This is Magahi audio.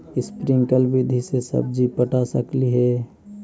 स्प्रिंकल विधि से सब्जी पटा सकली हे?